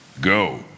go